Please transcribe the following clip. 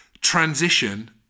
transition